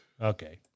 Okay